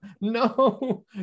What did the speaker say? No